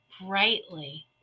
brightly